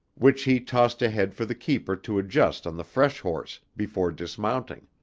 which he tossed ahead for the keeper to adjust on the fresh horse, before dismounting.